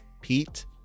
Pete